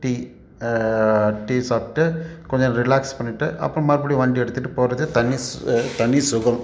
tea tea சாப்பிட்டு கொஞ்சம் relax பண்ணிவிட்டு அப்புறம் மறுபடியும் வண்டி எடுத்துகிட்டு போகிறதே தனி தனி சுகம்